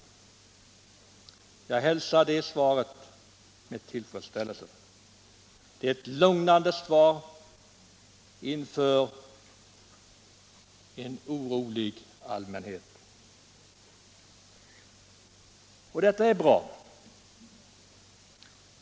Jag hälsar det med tillfredsställelse. Det är ett lugnande svar till en orolig allmänhet. Detta är bra.